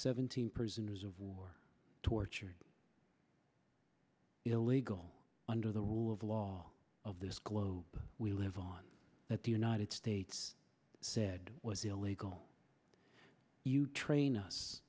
seventeen prisoners of war tortured illegal under the rule of law of this globe we live on that the united states said was illegal you train us